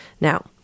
Now